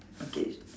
okay